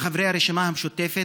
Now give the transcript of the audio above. חברי הרשימה המשותפת,